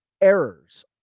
errors